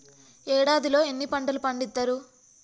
ఏడాదిలో ఎన్ని పంటలు పండిత్తరు?